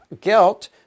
guilt